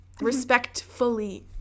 Respectfully